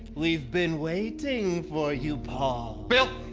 we've been waiting for you paul! bill!